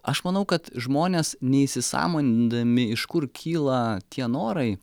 aš manau kad žmonės neįsisąmonindami iš kur kyla tie norai